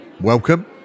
welcome